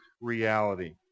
reality